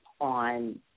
on